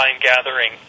gathering